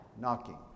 knocking